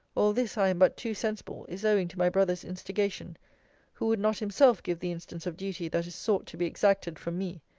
all this, i am but too sensible, is owing to my brother's instigation who would not himself give the instance of duty that is sought to be exacted from me.